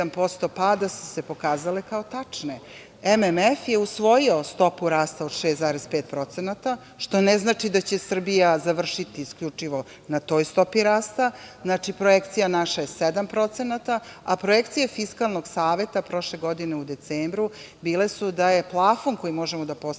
pada su se pokazale kao tačne. Dakle, MMF je usvojio stopu rasta od 6,5%, što ne znači da će Srbija završiti isključivo na toj stopi rasti. Znači, projekcija naša je 7%, a projekcije Fiskalnog saveta prošle godine u decembru bile su da je plafon koji možemo da postignemo